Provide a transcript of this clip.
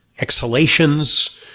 exhalations